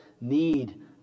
need